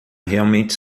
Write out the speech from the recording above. realmente